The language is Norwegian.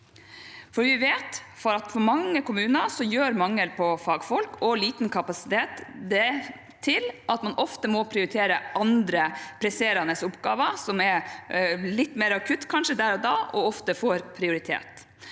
for mange kommuner gjør mangel på fagfolk og liten kapasitet at man ofte må prioritere andre presserende oppgaver, som kanskje er litt mer akutte der og da og ofte får prioritet.